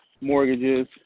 mortgages